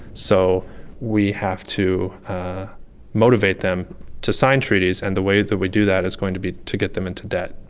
so we have to motivate them to sign treaties. and the way that we do that is going to be to get them into debt.